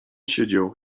siedział